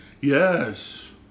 Yes